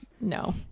No